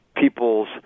people's